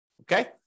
Okay